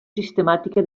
sistemàtica